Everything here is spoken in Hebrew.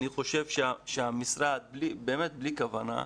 אני חושב שהמשרד, באמת בלי כוונה,